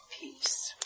peace